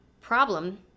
problem